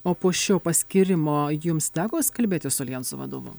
o po šio paskyrimo jums tekos kalbėtis su aljanso vadovu